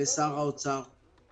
ולשר האוצר,